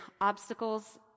obstacles